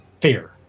Fear